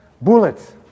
bullets